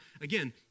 again